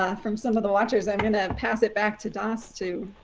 um from some of the launches. i'm going to um pass it back to das to.